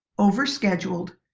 over-scheduled,